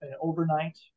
overnight